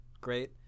Great